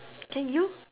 can you